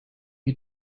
you